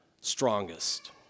strongest